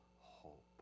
hope